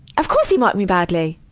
of course he marked me badly.